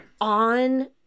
on